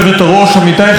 עמיתיי חברי הכנסת,